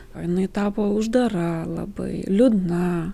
o jinai tapo uždara labai liūdna